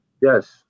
Yes